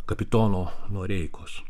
kapitono noreikos